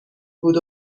بود